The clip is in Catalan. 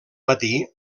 matí